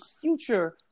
future